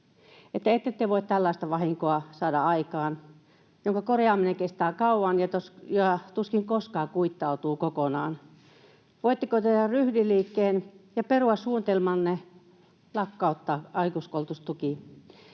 saada aikaan tällaista vahinkoa, jonka korjaaminen kestää kauan ja tuskin koskaan kuittautuu kokonaan. Voitteko tehdä ryhtiliikkeen ja perua suunnitelmanne lakkauttaa aikuiskoulutustuki?